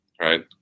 right